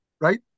right